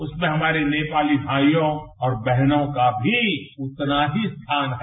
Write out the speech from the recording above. उसमें हमारे नेपाली भाईयों और बहनों का भी उतना ही स्थान है